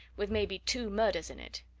with maybe two murders in it.